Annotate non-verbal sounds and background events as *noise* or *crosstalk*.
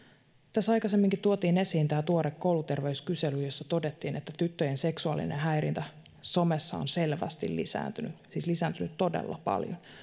tässä aikaisemminkin tuotiin esiin tämä tuore kouluterveyskysely jossa todettiin että tyttöjen seksuaalinen häirintä somessa on selvästi lisääntynyt siis lisääntynyt todella paljon *unintelligible*